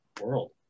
world